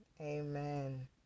Amen